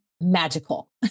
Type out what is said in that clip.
magical